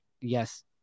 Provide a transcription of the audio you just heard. yes